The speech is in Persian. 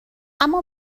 اما